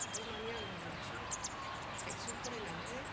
ओमफ्राय माने आं एल पि फाइभ सिम फरायनानै